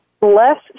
less